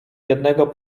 jednego